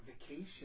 vacation